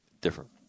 Different